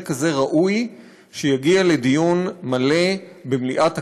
כזה ראוי שיגיע לדיון מלא במליאת הכנסת,